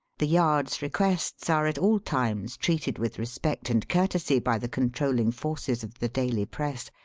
the yard's requests are at all times treated with respect and courtesy by the controlling forces of the daily press,